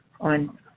on